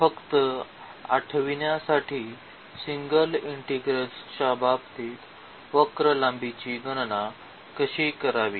तर फक्त आठवण्यासाठी सिंगल इंटिग्रल्स च्या बाबतीत वक्र लांबीची गणना कशी करावी